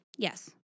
Yes